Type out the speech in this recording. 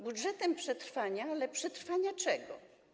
Budżetem przetrwania, ale przetrwania czego?